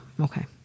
okay